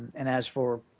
and as for